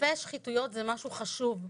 שחושפי שחיתויות זה משהו חשוב,